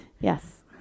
Yes